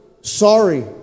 sorry